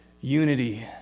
unity